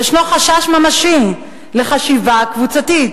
יש חשש ממשי לחשיבה קבוצתית.